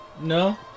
No